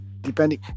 depending